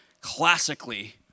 classically